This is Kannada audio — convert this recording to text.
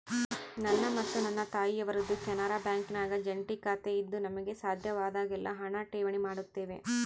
ನನ್ನ ಮತ್ತು ನನ್ನ ತಾಯಿಯವರದ್ದು ಕೆನರಾ ಬ್ಯಾಂಕಿನಾಗ ಜಂಟಿ ಖಾತೆಯಿದ್ದು ನಮಗೆ ಸಾಧ್ಯವಾದಾಗೆಲ್ಲ ಹಣ ಠೇವಣಿ ಮಾಡುತ್ತೇವೆ